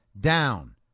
down